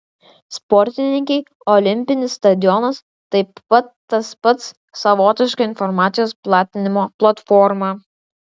sportininkei olimpinis stadionas taip pat taps savotiška informacijos platinimo platforma